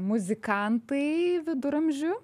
muzikantai viduramžių